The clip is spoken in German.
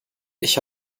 ich